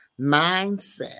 mindset